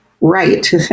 right